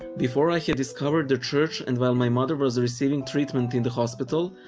before i had discovered the church and while my mother was receiving treatment in the hospital,